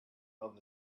about